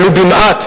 ולו במעט,